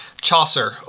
Chaucer